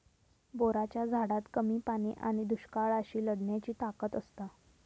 बोराच्या झाडात कमी पाणी आणि दुष्काळाशी लढण्याची ताकद असता